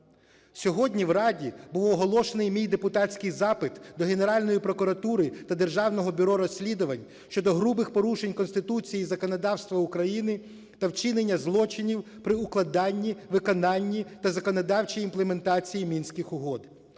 Сьогодні в Раді був оголошений мій депутатський запит до Генеральної прокуратури та Державного бюро розслідувань щодо грубих порушень Конституції і законодавства України та вчинення злочинів при укладанні, виконанні та законодавчій імплементації Мінських угод.